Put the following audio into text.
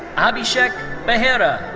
abishek behera.